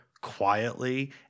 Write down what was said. quietly